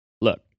Look